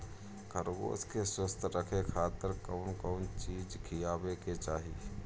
खरगोश के स्वस्थ रखे खातिर कउन कउन चिज खिआवे के चाही?